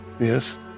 Yes